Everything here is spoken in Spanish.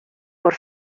por